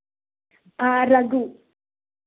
Raghu